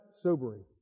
sobering